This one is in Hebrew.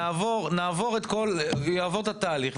-- יעבור את התהליך,